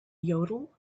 yodel